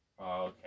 Okay